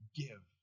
give